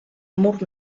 mur